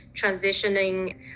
transitioning